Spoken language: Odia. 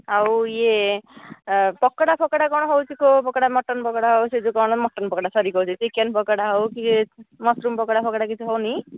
ଆଉ ଇଏ ପକୋଡ଼ା ଫକୋଡ଼ା କଣ ହେଉଛି କେଉଁ ପକୋଡ଼ା ମଟନ ପକୋଡ଼ା ସେ ଯେଉଁ ମଟନ ପକୋଡ଼ା ସରି କହୁଛି ଚିକେନ ପକୋଡ଼ା ହେଉ କି ମସରୁମ୍ ପକୋଡ଼ା ଫକୋଡ଼ା କିଛି ହେଉନି